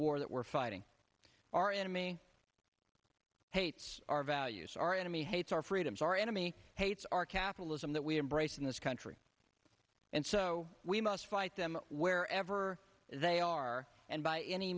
war that we're fighting our enemy hates our values our enemy hates our freedoms our enemy hates our capitalism that we embrace in this country and so we must fight them wherever they are and by any